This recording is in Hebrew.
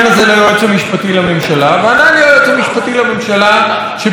וענה לי היועץ המשפטי לממשלה שביקש הסברים מהשרה רגב,